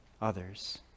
others